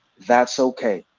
that's okay.